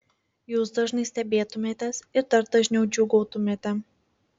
jūs dažnai stebėtumėtės ir dar dažniau džiūgautumėte